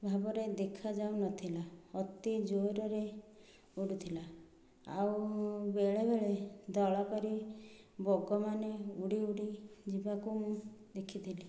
ଭାବରେ ଦେଖାଯାଉନଥିଲା ଅତି ଜୋର୍ରେ ଉଡ଼ୁଥିଲା ଆଉ ବେଳେବେଳେ ଦଳ କରି ବଗମାନେ ଉଡ଼ି ଉଡ଼ି ଯିବାକୁ ମୁଁ ଦେଖିଥିଲି